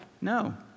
No